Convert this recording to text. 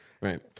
Right